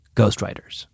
ghostwriters